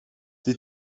die